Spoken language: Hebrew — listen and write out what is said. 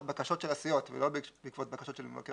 בקשות של הסיעות ולא בעקבות בקשות של מבקר המדינה.